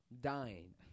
dying